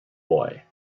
boy